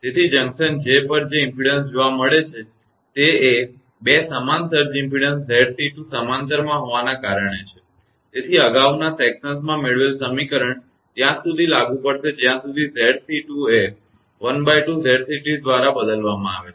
તેથી junction J પર જે ઇમપેડન્સ જોવા મળે છે તે એ 2 સમાન સર્જ ઇમપેડન્સ 𝑍𝑐2 સમાંતરમાં હોવાના કારણે છે તેથી અગાઉના વિભાગોમાં મેળવેલ સમીકરણ ત્યાં સુધી જ લાગુ પડશે જ્યાં સુધી 𝑍𝑐2 એ ½𝑍𝑐2 દ્વારા બદલવામાં આવે છે